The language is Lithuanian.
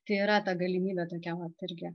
tai yra ta galimybė tokia vat irgi